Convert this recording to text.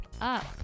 up